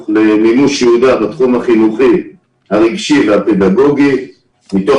למימוש ייעודה בתחום החינוכי הרגשי והפדגוגי מתוך